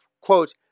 quote